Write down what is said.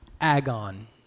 agon